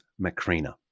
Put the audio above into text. Macrina